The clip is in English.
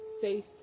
Safe